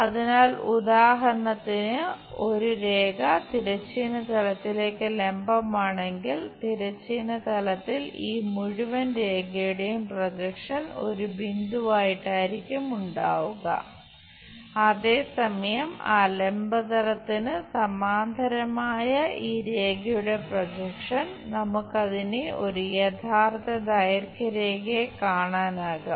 അതിനാൽ ഉദാഹരണത്തിന് ഒരു രേഖ തിരശ്ചീന തലത്തിലേക്ക് ലംബമാണെങ്കിൽ തിരശ്ചീന തലത്തിൽ ഈ മുഴുവൻ രേഖയുടെയും പ്രൊജക്ഷൻ ഒരു ബിന്ദുവായിട്ടായിരിക്കും ഉണ്ടാവുക അതേസമയം ആ ലംബ തലത്തിന് സമാന്തരമായ ഈ രേഖയുടെ പ്രൊജക്ഷൻ നമുക്ക് അതിനെ ഒരു യഥാർത്ഥ ദൈർഘ്യ രേഖയായി കാണാനാകും